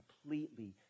completely